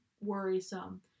worrisome